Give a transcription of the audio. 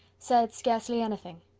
said scarcely anything.